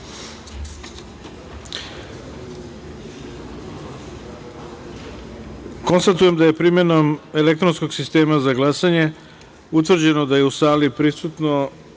jedinice. Konstatujem da je primenom elektronskog sistema za glasanje utvrđeno da je u sali prisutno